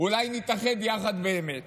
אולי נתאחד יחד באמת